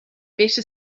better